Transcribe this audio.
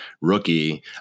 rookie